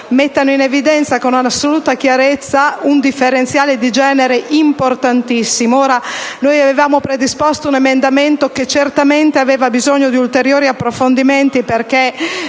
mettano in evidenza con assoluta chiarezza un differenziale di genere importantissimo. Noi avevamo predisposto un emendamento, che certamente aveva bisogno di ulteriori approfondimenti perche´